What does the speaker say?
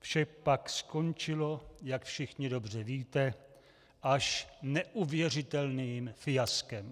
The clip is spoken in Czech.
Vše pak skončilo, jak všichni dobře víte, až neuvěřitelným fiaskem.